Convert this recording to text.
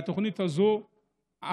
התוכנית הזו,